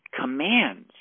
commands